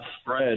spread